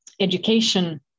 education